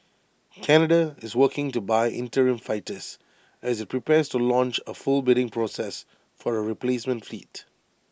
Canada is working to buy interim fighters as IT prepares to launch A full bidding process for A replacement fleet